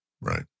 Right